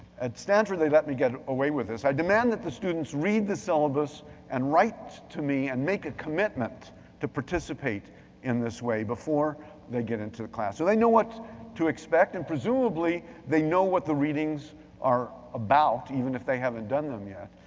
at stanford they let me get away with this. i demand that the students read the syllabus and write to me and make a commitment to participate in this way before they get into the class. so they know what to expect and presumably they know what the readings are about, even if they haven't done them yet.